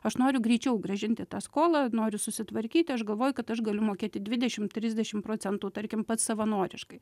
aš noriu greičiau grąžinti tą skolą noriu susitvarkyti aš galvoju kad aš galiu mokėti dvidešimt trisdešimt procentų tarkim pats savanoriškai